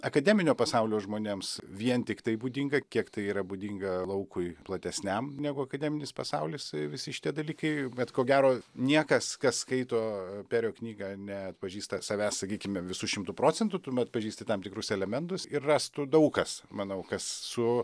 akademinio pasaulio žmonėms vien tiktai būdinga kiek tai yra būdinga laukui platesniam negu akademinis pasaulis visi šitie dalykai bet ko gero niekas kas skaito perio knygą neatpažįsta savęs sakykime visu šimtu procentų tu m atpažįsti tam tikrus elementus ir rastų daug kas manau kas su